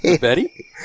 Betty